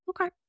Okay